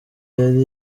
yari